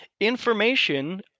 Information